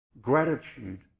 gratitude